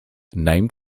named